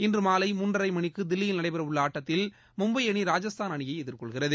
இன்று மாலை மூன்றரை மணிக்கு தில்லியில் நடைபெறவுள்ள ஆட்டத்தில் மும்பை அணி ராஜஸ்தான் அணியை எதிர்கொள்கிறது